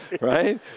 right